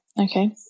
okay